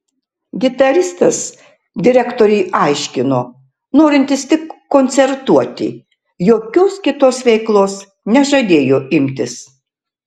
gitaristas direktoriui aiškino norintis tik koncertuoti jokios kitos veiklos nežadėjo imtis